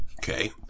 Okay